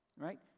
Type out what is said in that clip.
right